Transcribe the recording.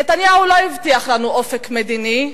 נתניהו לא הבטיח לנו אופק מדיני,